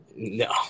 No